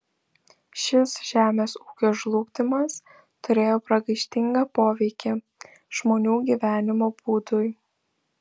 šis žemės ūkio žlugdymas turėjo pragaištingą poveikį žmonių gyvenimo būdui